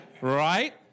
right